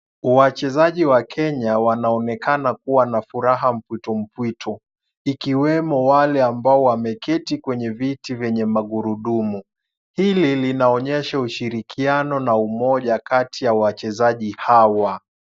Wachezaji wa Kenya wanaonekana kuwa na furaha mpwito mpwito, ikiwemo wale ambao wameketi kwenye viti vyenye magurudumu. Hili linaonyesha ushirikiano na umoja kati ya wachezaji hawa.